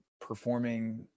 performing